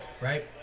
right